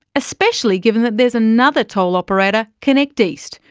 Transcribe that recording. especially given there is another toll operator, connecteast,